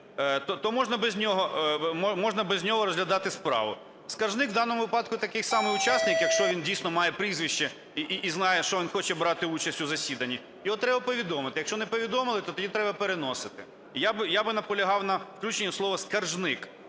то можна без нього розглядати справу. Скаржник в даному випадку такий самий учасник, якщо він, дійсно, має прізвище і знає, що він хоче брати участь у засіданні, його треба повідомити. Якщо не повідомили, то тоді треба переносити. Я би наполягав на включенні слова "скаржник",